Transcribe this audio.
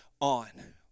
on